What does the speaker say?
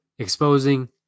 Exposing